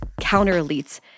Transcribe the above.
counter-elites